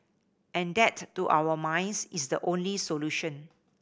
and that to our minds is the only solution